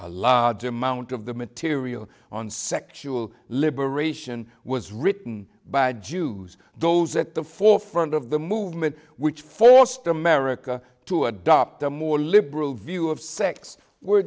a large amount of the material on sexual liberation was written by jews those at the forefront of the movement which forced america to adopt a more liberal view of sex were